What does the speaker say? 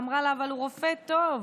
והיא אמרה לה: אבל הוא רופא טוב.